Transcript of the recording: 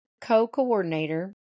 co-coordinator